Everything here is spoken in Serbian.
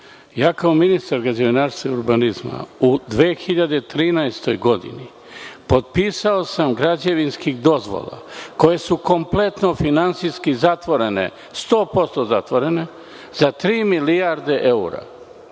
Ja kao ministar građevinarstva i urbanizma u 2013. godini potpisao sam građevinskih dozvola koje su kompletno finansijski zatvorene, sto posto zatvorene, za tri milijarde eura.